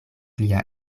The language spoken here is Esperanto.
lia